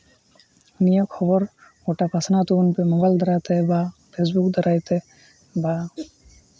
ᱱᱤᱭᱟᱹ ᱠᱷᱚᱵᱚᱨ ᱜᱚᱴᱟ ᱯᱟᱥᱱᱟᱣ ᱛᱟᱵᱚᱱ ᱯᱮ ᱢᱳᱵᱟᱭᱤᱞ ᱫᱟᱨᱟᱭ ᱛᱮ ᱵᱟ ᱯᱷᱮ ᱥᱵᱩᱠ ᱫᱟᱨᱟᱭ ᱛᱮ ᱵᱟ